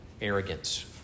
arrogance